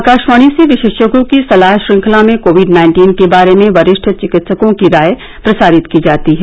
आकाशवाणी से विशेषज्ञों की सलाह श्र्खंला में कोविड नाइन्टीन के बारे में वरिष्ठ चिकित्सकों की राय प्रसारित की जाती है